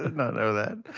and know know that.